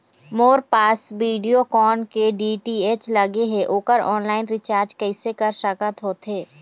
मोर पास वीडियोकॉन के डी.टी.एच लगे हे, ओकर ऑनलाइन रिचार्ज कैसे कर सकत होथे?